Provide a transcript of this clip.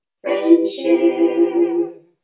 friendship